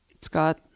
Scott